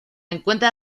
encuentra